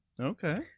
Okay